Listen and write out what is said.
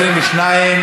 22,